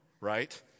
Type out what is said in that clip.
right